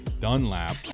Dunlap